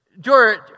George